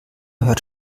hört